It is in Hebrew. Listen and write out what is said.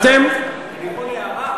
אני יכול הערה?